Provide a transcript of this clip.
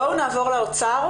בואו נעבור לאוצר